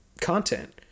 content